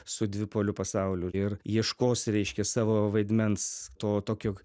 su dvipoliu pasauliu ir ieškos reiškia savo vaidmens to tokio